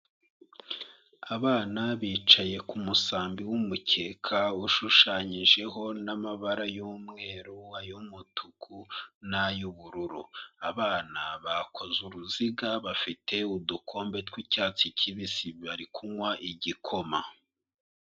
Abana bicaye ku musambi w'umukeka, ushushanyijeho n'amabara y'umweru, ay'umutuku n'ay'ubururu. Abana bakoze uruziga, bafite udukombe tw'icyatsi kibisi, bari kunywa igikoma.